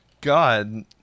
God